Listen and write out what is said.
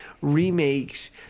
remakes